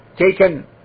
taken